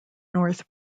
north